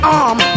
arm